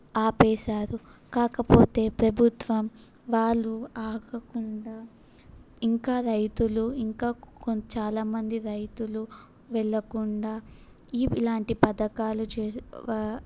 ఆపేసారు కాకపోతే ప్రభుత్వం వాళ్ళు ఆగకుండా ఇంకా రైతులు ఇంకా కొం చాలా మంది రైతులు వెళ్ళకుండా ఈ ఇలాంటి పథకాలు చేసి వా